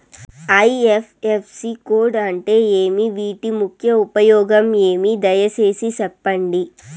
IFSC code అంటే ఏమి? వీటి ముఖ్య ఉపయోగం ఏమి? దయసేసి సెప్పండి?